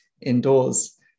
indoors